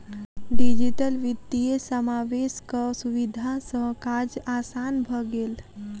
digital वित्तीय समावेशक सुविधा सॅ काज आसान भ गेल